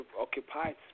occupied